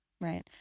right